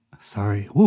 sorry